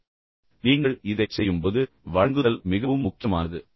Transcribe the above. இப்போது நீங்கள் இதைச் செய்யும்போது உங்கள் வழங்குதல் மிகவும் முக்கியமானது